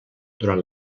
durant